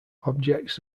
objects